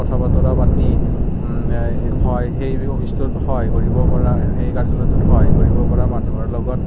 কথা বতৰা পাতি সহায় সেই অফিচটোত সহায় কৰিব পৰা সেই কাৰ্যালয়টোত সহায় কৰিব পৰা মানুহৰ লগত